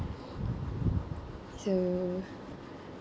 so